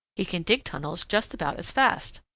he can dig tunnels just about as fast.